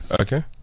Okay